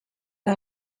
que